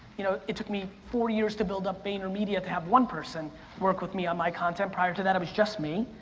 you know it took me four years to build up vaynermedia to have one person work with me on my content. prior to that, it was just me,